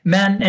Men